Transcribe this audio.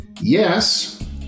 Yes